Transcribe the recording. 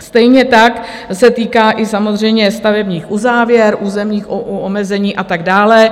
Stejně tak se to týká samozřejmě i stavebních uzávěr, územních omezení a tak dále.